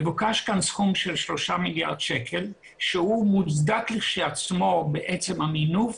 מבוקש כאן סכום של שלושה מיליארד שקלים שהוא מוצדק לכשעצמו בעצם המינוף